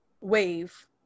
wave